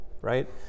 right